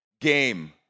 Game